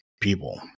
people